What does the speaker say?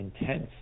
intense